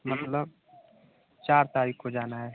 मतलब चार तारीख को जाना है